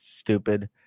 stupid